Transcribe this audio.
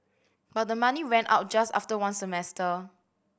but the money ran out just after one semester